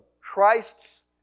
Christ's